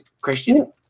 Christian